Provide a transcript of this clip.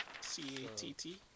c-a-t-t